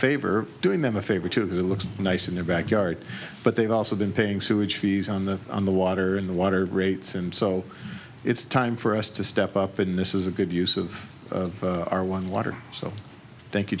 favor doing them a favor to the looks nice in their backyard but they've also been paying sewage fees on the on the water in the water rates and so it's time for us to step up in this is a good use of our one water so thank you